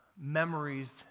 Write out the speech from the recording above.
memories